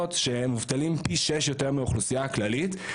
שמובטלים פי שש יותר מהאוכלוסייה הכללית,